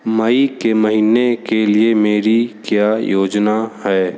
मई के महीने के लिए मेरी क्या योजना है